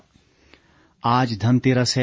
धनतेरस आज धनतेरस है